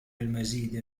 المزيد